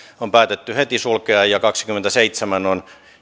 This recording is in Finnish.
on päätetty heti sulkea ja kaksikymmentäseitsemän on